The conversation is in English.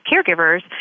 caregivers